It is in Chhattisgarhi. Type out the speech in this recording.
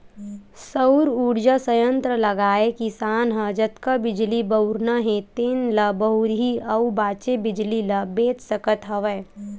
सउर उरजा संयत्र लगाए किसान ह जतका बिजली बउरना हे तेन ल बउरही अउ बाचे बिजली ल बेच सकत हवय